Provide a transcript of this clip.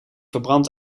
verbrand